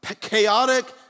Chaotic